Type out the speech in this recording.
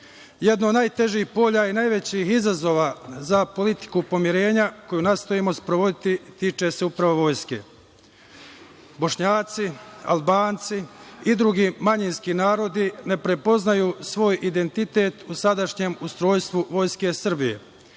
od najtežih polja i najvećih izazova za politiku pomirenja koju nastojimo sprovoditi tiče se upravo vojske. Bošnjaci, Albanci i drugi manjinski narodi ne prepoznaju svoj identitet u sadašnjem ustrojstvu Vojske Srbije.